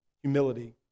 Humility